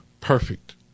perfect